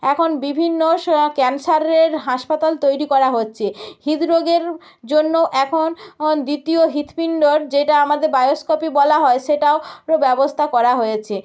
এখন বিভিন্ন ক্যানসারের হাসপাতাল তৈরি করা হচ্ছে হৃদ্রোগের জন্যও এখন দ্বিতীয় হৃৎপিণ্ডর যেটা আমাদের বায়োস্কপি বলা হয় সেটারও ব্যবস্থা করা হয়েছে